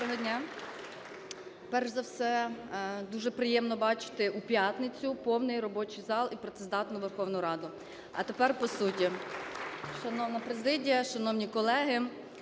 Доброго дня! Перш за все, дуже приємно бачити у п'ятницю повний робочий зал і працездатну Верховну Раду. А тепер по суті. Шановні президія, шановні колеги,